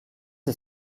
est